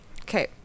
Okay